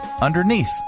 underneath